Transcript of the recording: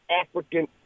African